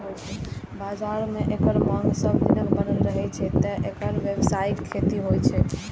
बाजार मे एकर मांग सदिखन बनल रहै छै, तें एकर व्यावसायिक खेती होइ छै